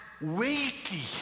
weighty